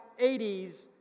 80s